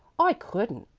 i couldn't.